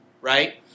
right